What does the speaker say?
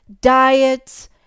diets